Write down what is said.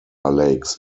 lakes